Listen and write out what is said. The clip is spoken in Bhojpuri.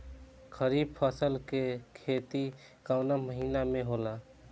खरीफ फसल के खेती कवना महीना में होला?